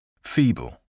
Feeble